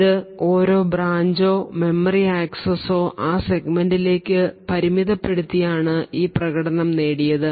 ഇത് ഓരോ ബ്രാഞ്ചോ മെമ്മറി ആക്സസ്സോ ആ സെഗ്മെന്റിലേക്ക് പരിമിതപ്പെടുത്തിയാണ് ഈ പ്രകടനം നേടിയത്